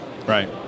Right